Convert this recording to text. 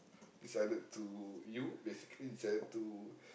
decided to you basically decided to